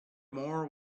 more